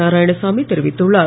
நாராயணசாமி தெரிவித்துள்ளார்